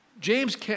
James